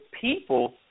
people